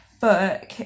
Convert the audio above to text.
book